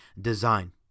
design